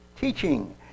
teaching